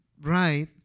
right